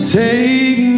take